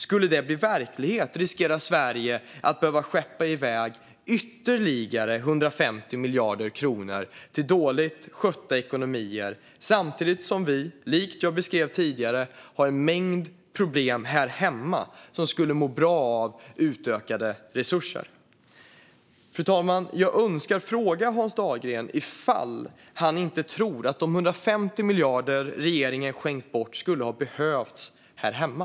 Skulle det bli verklighet riskerar Sverige att behöva skeppa i väg ytterligare 150 miljarder kronor till dåligt skötta ekonomier, samtidigt som vi, likt jag beskrev tidigare, har en mängd problem här hemma som skulle må bra av utökade resurser. Fru talman! Jag önskar fråga Hans Dahlgren ifall han inte tror att de 150 miljarder som regeringen har skänkt bort skulle ha behövts här hemma.